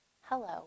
Hello